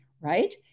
right